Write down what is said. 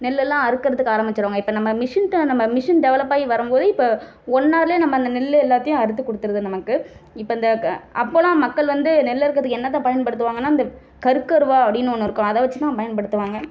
நெல்லெலாம் அறுக்கறதுக்கு ஆரமிச்சிடுவாங்க மிஷின்கிட்ட நம்ம மிஷின் டெவலப் ஆகி வரும்போது இப்போ ஒன் ஹவர்லயே நம்ப அந்த நெல் எல்லாத்தையும் அறுத்து கொடுத்துடுது நமக்கு இப்ப இந்த அப்போலாம் மக்கள் வந்து நெல் அறுக்குறதுக்கு என்னாத்தை பயன்படுத்துவாங்கன்னா கருக்கருவாள் அப்டின்னு ஒன்று இருக்கும் அதை வச்சு தான் பயன்படுத்துவாங்க